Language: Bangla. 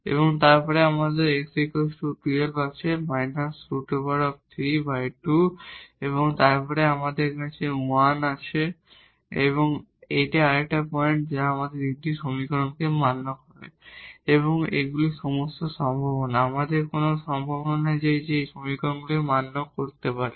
এবং তারপরে আমাদের x 12 আছে −√3 2 এবং তারপরে আমাদের এখানে আবার 1 আছে এটি আরেকটি পয়েন্ট যা এই তিনটি সমীকরণকে মান্য করে এবং এগুলি সমস্ত সম্ভাবনা আমাদের আর কোন সম্ভাবনা নেই যা এই সমস্ত সমীকরণকে মান্য করতে পারে